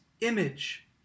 image